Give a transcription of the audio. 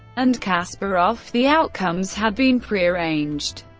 and kasparov, the outcomes had been prearranged.